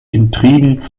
intrigen